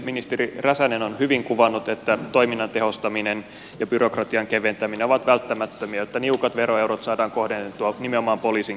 ministeri räsänen on hyvin kuvannut että toiminnan tehostaminen ja byrokratian keventäminen ovat välttämättömiä jotta niukat veroeurot saadaan kohdennettua nimenomaan poliisin kenttätoimintaan